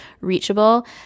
reachable